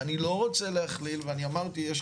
ואני לא רוצה להכליל ואני אמרתי,